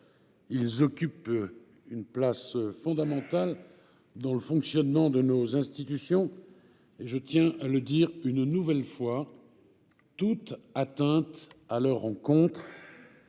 Ils occupent une place fondamentale dans le fonctionnement de nos institutions et, je tiens à le dire une nouvelle fois, toute atteinte à leur encontre,